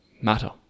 matter